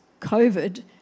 COVID